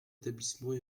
établissements